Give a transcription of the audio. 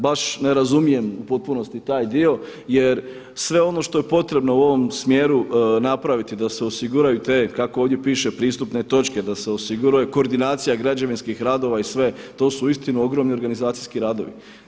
Baš ne razumijem u potpunosti taj dio jer sve ono što je potrebno u ovom smjeru napraviti da se osiguraju te kako ovdje piše pristupne točke, da se osiguraju koordinacija građevinskih radova i sve, to su uistinu ogromni organizacijski radovi.